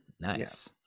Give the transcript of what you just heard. Nice